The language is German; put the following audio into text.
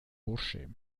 bursche